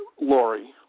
Lori